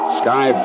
sky